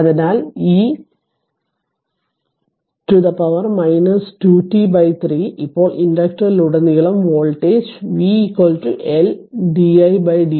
അതിനാൽ അത് e power 2 t 3 ആയിരിക്കും ഇപ്പോൾ ഇൻഡക്ടറിലുടനീളം voltage v L di dt L 0